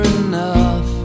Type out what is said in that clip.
enough